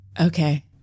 Okay